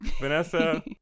Vanessa